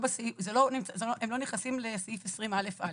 הם לא נכנסים לסעיף 20א(א).